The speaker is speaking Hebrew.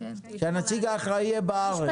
שנציג האחראי יהיה בארץ?